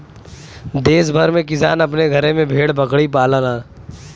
देस भर में किसान अपने घरे में भेड़ बकरी पालला